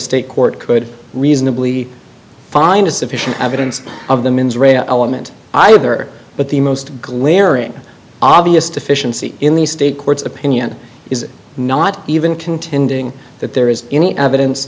state court could reasonably find sufficient evidence of them in element either but the most glaring obvious deficiency in the state courts opinion is not even contending that there is any evidence